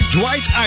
Dwight